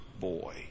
boy